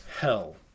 Hell